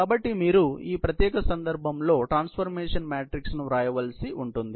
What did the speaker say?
కాబట్టి మీరు ఈ ప్రత్యేక సందర్భంలో ట్రాన్సఫార్మేషన్ మ్యాట్రిక్స్ ను వ్రాయవలసి ఉంటుంది